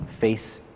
face